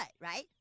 right